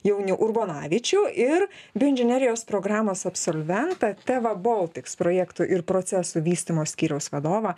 jaunių urbonavičių ir bioinžinerijos programos absolventą teva baltic projektų ir procesų vystymo skyriaus vadovą